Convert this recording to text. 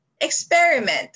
experiment